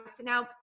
now